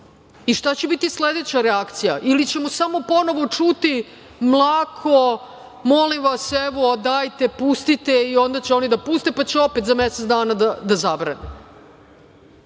I, šta će biti sledeća reakcija ili ćemo samo ponovo čuti mlako, molim vas, evo, dajte, pustite, i onda će oni da puste, pa će opet za mesec dana da zabrane. Kada